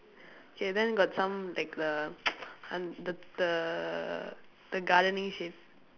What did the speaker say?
K then got some like the un~ the the gardening shit